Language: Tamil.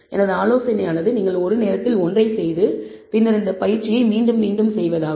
எனது ஆலோசனையானது நீங்கள் ஒரு நேரத்தில் ஒன்றைச் செய்து பின்னர் இந்த பயிற்சியை மீண்டும் மீண்டும் செய்வதாகும்